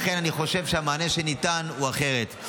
לכן אני חושב שהמענה שניתן הוא אחרת.